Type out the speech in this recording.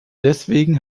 deswegen